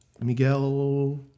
Miguel